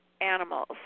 animals